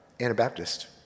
Anabaptist